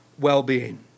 well-being